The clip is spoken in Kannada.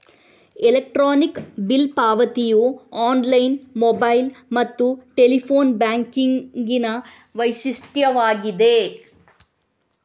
ಎಲೆಕ್ಟ್ರಾನಿಕ್ ಬಿಲ್ ಪಾವತಿಯು ಆನ್ಲೈನ್, ಮೊಬೈಲ್ ಮತ್ತು ಟೆಲಿಫೋನ್ ಬ್ಯಾಂಕಿಂಗಿನ ವೈಶಿಷ್ಟ್ಯವಾಗಿದೆ